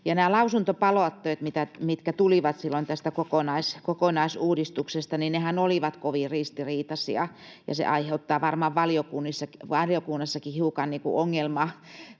Nämä lausuntopalautteethan, mitkä tulivat silloin kokonaisuudistuksesta, olivat kovin ristiriitaisia, ja se aiheuttaa varmaan valiokunnassakin hiukan ongelmaa,